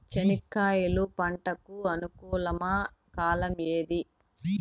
చెనక్కాయలు పంట కు అనుకూలమా కాలం ఏది?